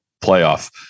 playoff